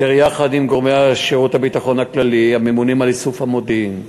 אשר יחד עם גורמי שירות הביטחון הכללי הממונים על איסוף המודיעין וצה"ל,